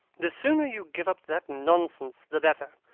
the sooner you give up that nonsense the better.